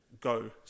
Go